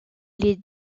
les